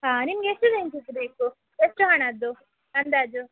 ಹಾಂ ನಿಮಗೆ ಎಷ್ಟು ರೇಂಜಿದ್ದು ಬೇಕು ಎಷ್ಟು ಹಣದ್ದು ಅಂದಾಜು